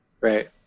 right